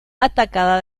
atacada